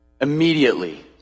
Immediately